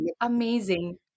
Amazing